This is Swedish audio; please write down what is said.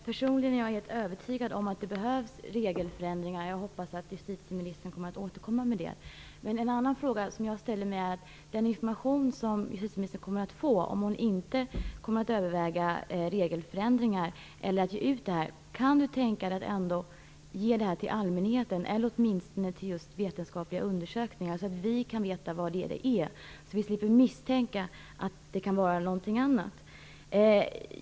Fru talman! Jag är helt övertygad om att det behövs regeländringar, och jag hoppas att justitieministern återkommer med ett sådant förslag. En annan fråga som jag ställer mig är om justitieministern, även om hon inte överväger regeländringar efter att ha fått information, kan tänka sig att ge ut denna information till allmänheten eller åtminstone till vetenskapliga undersökningar, så att vi får reda på vad det är fråga om och slipper vara misstänksamma.